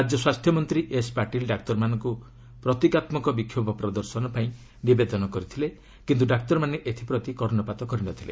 ରାଜ୍ୟ ସ୍ୱାସ୍ଥ୍ୟ ମନ୍ତ୍ରୀ ଏସ୍ ପାଟିଲ୍ ଡାକ୍ତରମାନଙ୍କୁ ପ୍ରତିକାତ୍ମକ ବିକ୍ଷୋଭ ପ୍ରଦର୍ଶନ ପାଇଁ ନିବେଦନ କରିଥିଲେ କିନ୍ତୁ ଡାକ୍ତରମାନେ ଏଥିପ୍ରତି କର୍ଷପାତ କରିନଥିଲେ